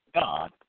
God